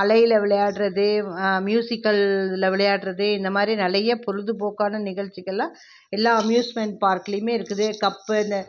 அலையில் விளையாடுறது அவ் மியூசிக்களில் விளையாடுறது இந்த மாதிரி நிறையா பொழுது போக்கான நிகழ்ச்சிகளில் எல்லாமே அம்யூஸ்மெண்ட் பார்க்லேயுமே இருக்குது கப் அந்த